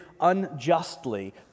unjustly